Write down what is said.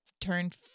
turned